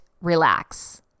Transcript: relax